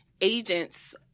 agents